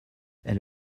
elle